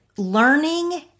learning